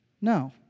No